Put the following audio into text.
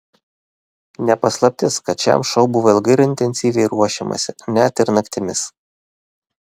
ne paslaptis kad šiam šou buvo ilgai ir intensyviai ruošiamasi net ir naktimis